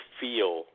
feel